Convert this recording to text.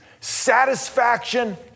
satisfaction